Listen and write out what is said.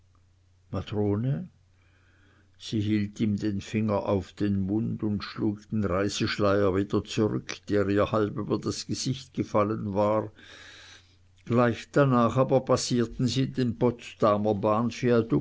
matrone sie hielt ihm den finger auf den mund und schlug den reiseschleier wieder zurück der ihr halb über das gesicht gefallen war gleich danach aber passierten sie den potsdamer